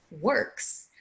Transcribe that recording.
works